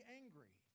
angry